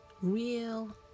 real